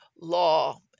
law